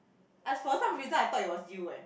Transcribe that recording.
ah for some reason I thought it was you eh